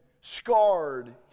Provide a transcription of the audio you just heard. scarred